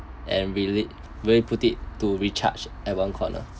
and we lit very put it to recharge at one corner